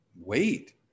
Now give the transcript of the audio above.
wait